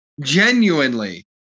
genuinely